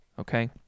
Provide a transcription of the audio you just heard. Okay